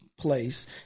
place